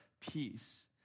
peace